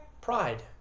Pride